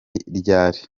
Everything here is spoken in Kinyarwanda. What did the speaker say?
ryari